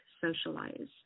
socialize